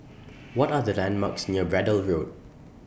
What Are The landmarks near Braddell Road